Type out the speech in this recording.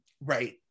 right